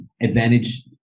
advantage